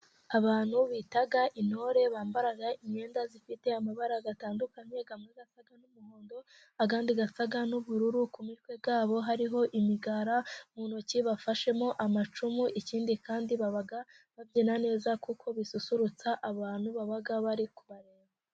Abantu bita intore bambara imyenda ifite amabara atandukanye amwe asa n'umuhondo ,andi asa n'ubururu . Ku mitwe yabo hariho imigara ,mu ntoki bafashemo amacumu ,ikindi kandi baba babyina neza kuko bisusurutsa abantu baba bari kubareba.